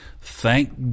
Thank